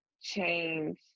change